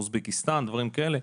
אוזבקיסטן דברים כאלה,